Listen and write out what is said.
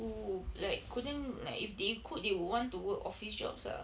who like couldn't like if they could they would want to work office jobs ah